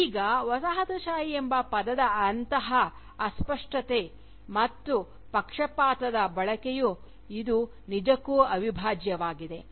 ಈಗ ವಸಾಹತುಶಾಹಿ ಎಂಬ ಪದದ ಅಂತಹ ಅಸ್ಪಷ್ಟ ಮತ್ತು ಪಕ್ಷಪಾತದ ಬಳಕೆಯು ಇದು ನಿಜಕ್ಕೂ ಅವಿಭಾಜ್ಯವಾಗಿದೆ